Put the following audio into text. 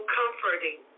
comforting